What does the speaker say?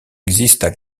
existent